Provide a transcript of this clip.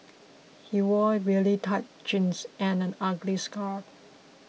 he wore really tight jeans and an ugly scarf